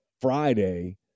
Friday